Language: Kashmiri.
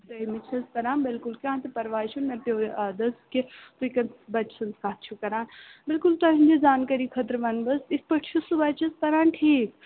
دَہمہِ چھُ حظ پَران بِلکُل کانٛہہ تہٕ پرواے چھُنہٕ مےٚ پٮ۪وو یاد حظ کہِ تۅہہِ کمِٔس بَچہِ سُنٛد کَتھ چھُ کَران بِلکُل تُہٕنٛدِ زانکٲری خٲطرٕ وَنہٕ بہٕ یِتھٕ پٲٹھۍ چھُ سُہ بَچہٕ حظ پَران ٹھیٖک